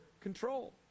control